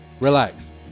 Relax